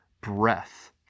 breath